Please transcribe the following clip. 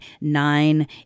nine